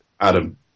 Adam